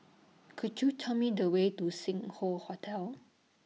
Could YOU Tell Me The Way to Sing Hoe Hotel